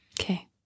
Okay